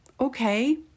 okay